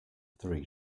three